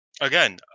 again